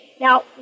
Now